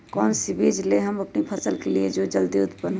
कौन सी बीज ले हम अपनी फसल के लिए जो जल्दी उत्पन हो?